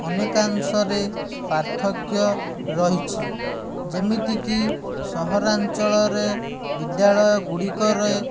ଅନେକାଂଶରେ ପାର୍ଥକ୍ୟ ରହିଛି ଯେମିତିକି ସହରାଞ୍ଚଳରେ ବିଦ୍ୟାଳୟଗୁଡ଼ିକରେ